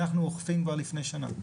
ואת זה אנחנו אוכפים כבר לפני שנה.